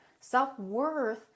Self-worth